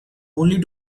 only